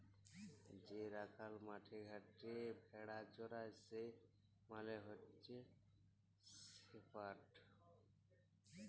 যে রাখাল মাঠে ঘাটে ভেড়া চরাই সে মালে হচ্যে শেপার্ড